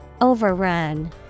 Overrun